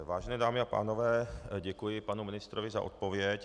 Vážené dámy a pánové, děkuji panu ministrovi za odpověď.